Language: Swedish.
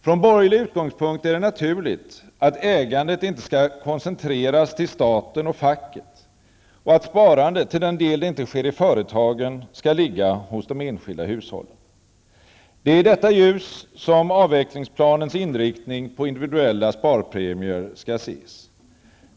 Från borgerlig utgångspunkt är det naturligt att ägandet inte skall koncentreras till staten och facket och att sparandet, till den del det inte sker i företagen, skall ligga hos de enskilda hushållen. Det är i detta ljus som avvecklingsplanens inriktning på individuella sparpremier skall ses.